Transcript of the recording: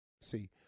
See